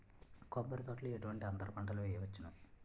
కొబ్బరి తోటలో ఎటువంటి అంతర పంటలు వేయవచ్చును?